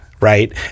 Right